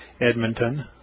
Edmonton